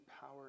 power